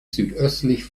südöstlich